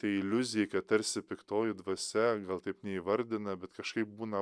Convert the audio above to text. tai iliuzijai kad tarsi piktoji dvasia gal taip neįvardina bet kažkaip būna